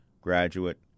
graduate